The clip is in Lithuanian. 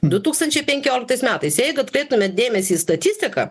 du tūkstančiai penkioliktais metais jeigu atkreiptumėt dėmesį į statistiką